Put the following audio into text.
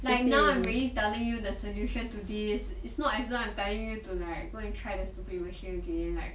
like now I'm already telling you the solution to this is not as though I'm telling you to like go and try the stupid machine again like